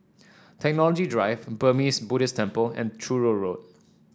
Technology Drive Burmese Buddhist Temple and Truro Road